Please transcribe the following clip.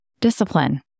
discipline